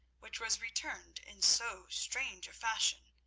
which was returned in so strange a fashion.